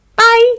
Bye